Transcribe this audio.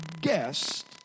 guest